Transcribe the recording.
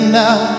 now